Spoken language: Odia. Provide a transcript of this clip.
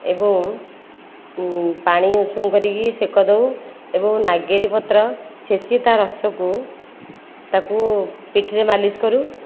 ଏବଂ ପାଣି ଉଷୁମ କରିକି ସେକ ଦେଉ ଏବଂ ନାଗେରି ପତ୍ର ଛେଚି ତା ରସକୁ ତାକୁ ପିଠିରେ ମାଲିସ କରୁ